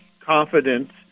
confidence